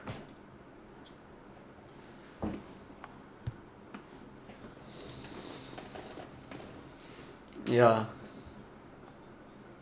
yeah